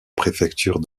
préfecture